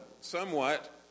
somewhat